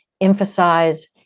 emphasize